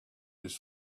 his